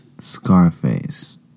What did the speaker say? Scarface